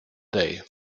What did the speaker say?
day